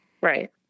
Right